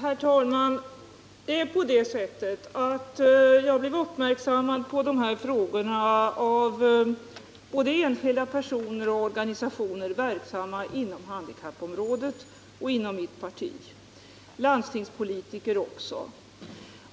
Herr talman! Jag gjordes uppmärksam på de här frågorna av både enskilda personer och organisationer som är verksamma inom handikappområdet och i mitt eget parti — och dessutom av landstingspolitiker.